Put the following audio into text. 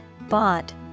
bought